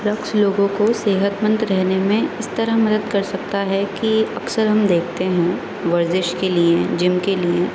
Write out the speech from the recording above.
رقص لوگوں کو صحت مند رہنے میں اس طرح مدد کر سکتا ہے کہ اکثر ہم دیکھتے ہیں ورزش کے لیے جم کے لیے